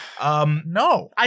No